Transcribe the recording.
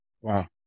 Wow